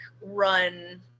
run